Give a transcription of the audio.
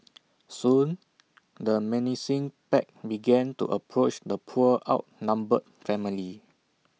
soon the menacing pack began to approach the poor outnumbered family